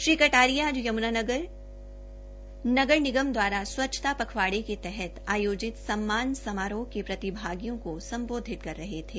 श्री कटारिया आज यमूनानगर नगर निगम दवारा स्व्च्छता पखवाड़े के तहत आयोजित सम्मान समारोह के प्रतिभागियों को स्म्बोधित कर रहे थे